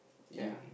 ya